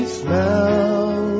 smell